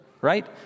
right